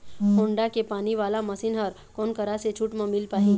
Honda के पानी वाला मशीन हर कोन करा से छूट म मिल पाही?